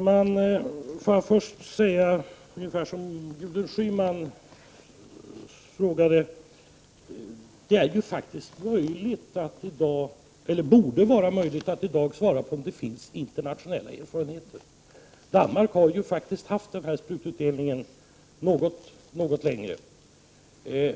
Herr talman! Det borde i dag vara möjligt, som Gudrun Schyman också sade, att svara på frågan om det finns internationella erfarenheter. I Danmark har denna sprututdelning pågått något längre,